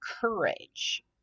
courage